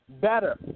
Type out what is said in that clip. Better